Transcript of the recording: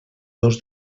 dos